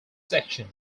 section